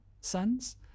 sons